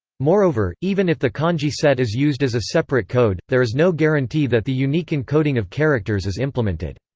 moreover, even if the kanji set is used as a separate code, there is no guarantee that the unique encoding of characters is implemented.